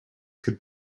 could